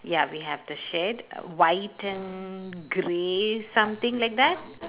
ya we have the shed white and grey something like that